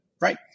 right